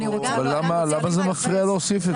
אבל למה זה מפריע להוסיף את זה?